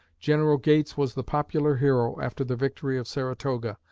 general gates was the popular hero after the victory of saratoga,